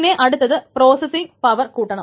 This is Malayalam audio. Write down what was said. പിന്നെ അടുത്തത് പ്രോസസിങ് പവർ കൂട്ടണം